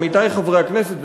עמיתי חברי הכנסת,